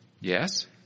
Yes